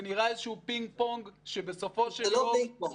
זה נראה איזשהו פינג פונג שבסופו של דבר --- זה לא פינג פונג.